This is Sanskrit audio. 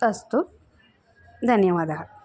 अस्तु धन्यवादः